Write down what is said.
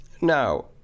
now